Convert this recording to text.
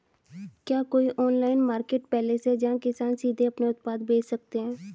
क्या कोई online marketplace है जहां किसान सीधे अपने उत्पाद बेच सकते हैं?